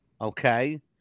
Okay